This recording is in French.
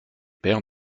pères